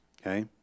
Okay